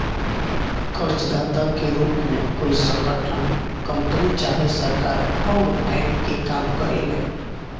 कर्जदाता के रूप में कोई संगठन, कंपनी चाहे सरकार अउर बैंक के काम करेले